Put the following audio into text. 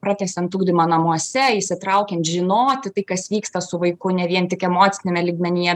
pratęsiant ugdymą namuose įsitraukiant žinoti tai kas vyksta su vaiku ne vien tik emociniame lygmenyje